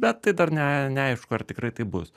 bet tai dar ne neaišku ar tikrai taip bus